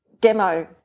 demo